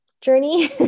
journey